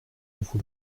vous